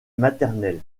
maternel